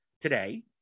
today